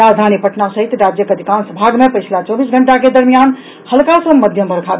राजधानी पटना समेत राज्य के अधिकांश भागों में पिछले चौबीस घंटे के दौरान हल्की से मध्यम वर्षा हुई है